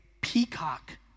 peacock